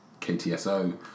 KTSO